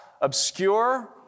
obscure